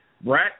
Brett